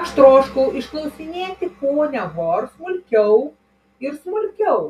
aš troškau išklausinėti ponią hor smulkiau ir smulkiau